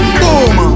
boom